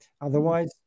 Otherwise